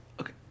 okay